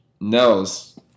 Nels